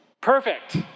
perfect